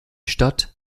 stadt